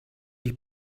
die